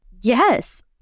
Yes